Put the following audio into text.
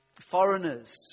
Foreigners